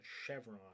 chevron